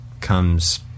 comes